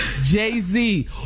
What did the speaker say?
Jay-Z